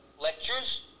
lectures